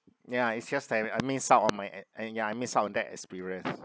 ya it's just uh I miss some of my at and ya I miss out on that experience